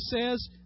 says